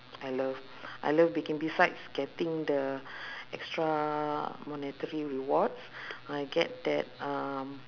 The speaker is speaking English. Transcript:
I love I love baking besides getting the extra monetary rewards I get that um